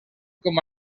com